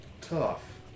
tough